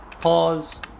pause